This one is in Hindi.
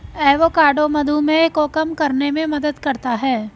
एवोकाडो मधुमेह को कम करने में मदद करता है